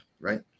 right